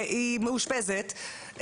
והיא מאושפזת,